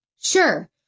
Sure